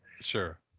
Sure